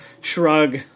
shrug